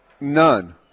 None